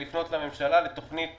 לפנות לממשלה בתוכנית